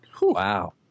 Wow